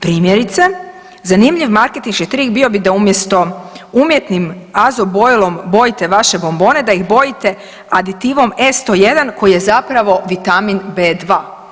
Primjerice, zanimljiv marketinški trik bio bi da umjesto umjetnim azo bojilom bojite vaše bombone da ih bojite aditivom E101 koji je zapravo vitamin B2.